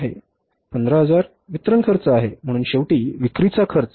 15000 वितरण खर्च आहे म्हणून शेवटी विक्रीचा खर्च